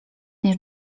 nie